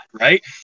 right